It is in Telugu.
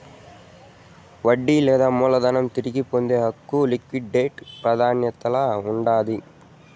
వడ్డీ లేదా మూలధనం తిరిగి పొందే హక్కు లిక్విడేట్ ప్రాదాన్యతల్ల ఉండాది